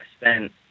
spent